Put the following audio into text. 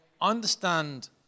understand